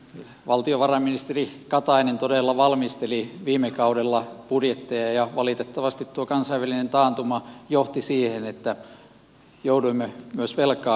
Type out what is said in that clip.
valtiovarainministeri katainen todella valmisteli viime kaudella budjetteja ja valitettavasti tuo kansainvälinen taantuma johti siihen että jouduimme myös velkaa ottamaan